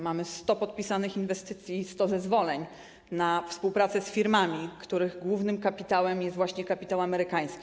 Mamy 100 planowanych inwestycji i 100 podpisanych zezwoleń na współpracę z firmami, których głównym kapitałem jest właśnie kapitał amerykański.